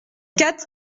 quatre